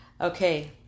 Okay